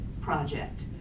project